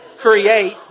create